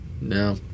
No